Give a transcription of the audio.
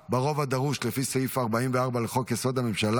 (איסור העמסת מטען שאינו תואם רישיון הרכב),